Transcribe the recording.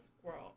squirrel